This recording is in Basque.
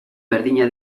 berdina